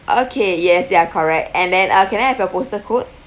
okay yes ya correct and then uh can I have your postal code